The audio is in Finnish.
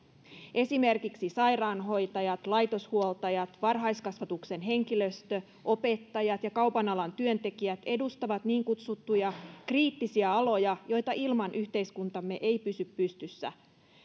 esimerkiksi sairaanhoitajat laitoshuoltajat varhaiskasvatuksen henkilöstö opettajat ja kaupan alan työntekijät edustavat niin kutsuttuja kriittisiä aloja joita ilman yhteiskuntamme ei pysy pystyssä